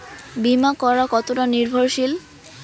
বীমা করা কতোটা নির্ভরশীল?